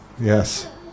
Yes